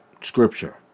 scripture